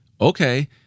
okay